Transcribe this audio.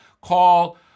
call